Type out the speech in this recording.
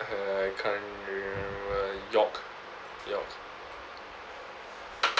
uh can't remember yok yok